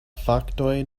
faktoj